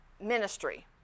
ministry